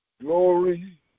glory